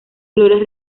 flores